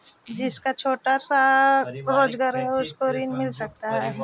जिसका छोटा सा रोजगार है उसको ऋण मिल सकता है?